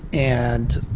and